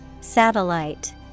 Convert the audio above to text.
Satellite